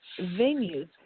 venues